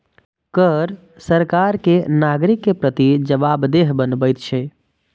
कर सरकार कें नागरिक के प्रति जवाबदेह बनबैत छै